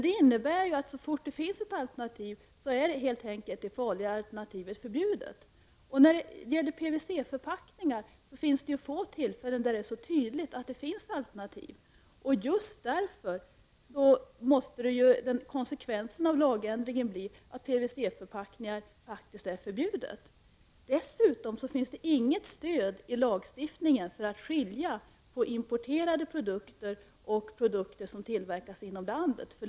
Det innebär alltså att så snart det finns ett alternativ till den farligare produkten är denna förbjuden. Det finns få fall där det är tydligare att det finns ett sådant alternativ än när det gäller PVC-förpackningar. Just därför måste konsekvensen av lagändringen bli att PVC-förpackningar faktiskt är förbjudna. Dessutom finns det inget stöd i lagstiftningen för att skilja mellan importerade produkter och sådana som tillverkas inom landet.